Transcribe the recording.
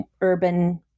urban